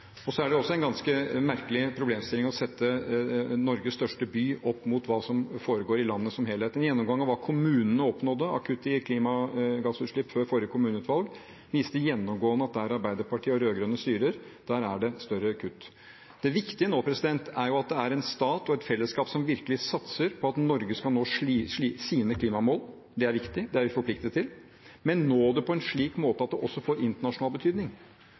Så er det også en ganske merkelig problemstilling å sette Norges største by opp mot hva som foregår i landet som helhet. En gjennomgang av hva kommunene oppnådde av kutt i klimagassutslipp før forrige kommunevalg, viste at der Arbeiderpartiet og de rød-grønne styrer, er det større kutt. Det viktige nå er jo at det er en stat og et fellesskap som virkelig satser på at Norge skal nå sine klimamål – det er viktig, det er vi forpliktet til – men nå dem på en slik måte at det også får internasjonal betydning.